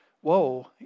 whoa